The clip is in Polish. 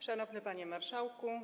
Szanowny Panie Marszałku!